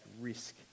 risk